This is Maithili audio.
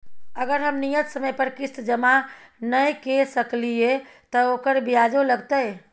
अगर हम नियत समय पर किस्त जमा नय के सकलिए त ओकर ब्याजो लगतै?